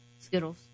Skittles